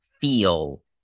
feel